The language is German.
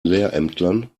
lehrämtlern